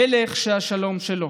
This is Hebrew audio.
מלך שהשלום שלו,